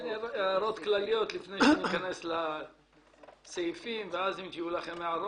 הערות כלליות לפני שניכנס לסעיפים ואז אם יהיו לכם הערות,